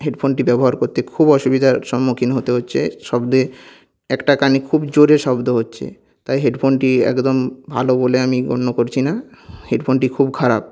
হেডফোনটি ব্যবহার করতে খুব অসুবিধার সম্মুখীন হতে হচ্ছে শব্দে একটা কানে খুব জোরে শব্দ হচ্ছে তাই হেডফোনটি একদম ভালো বলে আমি গণ্য করছি না হেডফোনটি খুব খারাপ